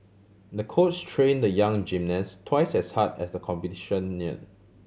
the coach train the young gymnast twice as hard as the competition near